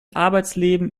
arbeitsleben